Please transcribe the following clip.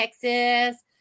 Texas